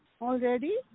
already